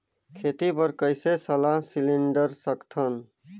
खेती बर कइसे सलाह सिलेंडर सकथन?